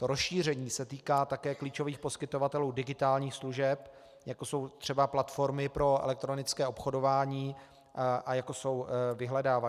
Rozšíření se týká také klíčových poskytovatelů digitálních služeb, jako jsou třeba platformy pro elektronické obchodování a jako jsou vyhledávače.